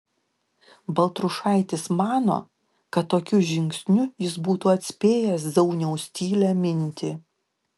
baltrušaitis mano kad tokiu žingsniu jis būtų atspėjęs zauniaus tylią mintį